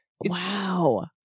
Wow